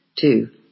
Two